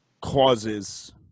causes